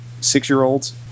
six-year-olds